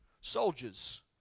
soldiers